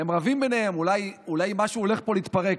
הם רבים ביניהם, אולי משהו הולך פה להתפרק.